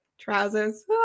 trousers